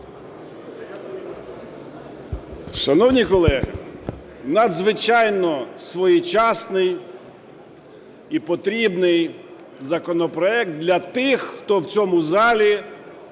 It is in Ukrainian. Шановні колеги, надзвичайно своєчасний і потрібний законопроект для тих, хто в цьому залі